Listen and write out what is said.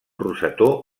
rosetó